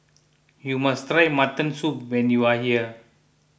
you must try Mutton Soup when you are here